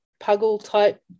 puggle-type